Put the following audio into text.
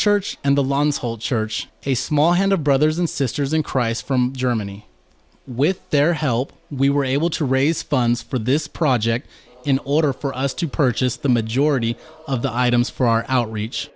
church and the lawns whole church a small hand of brothers and sisters in christ from germany with their help we were able to raise funds for this project in order for us to purchase the majority of the items for our outreach